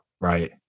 Right